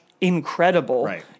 incredible